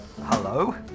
hello